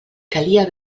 calia